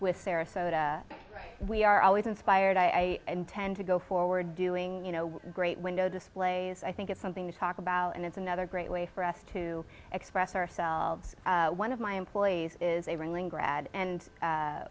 with sarasota we are always inspired i intend to go forward doing you know great window displays i think it's something to talk about and it's another great way for us to express ourselves one of my employees is a